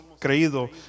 creído